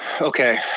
Okay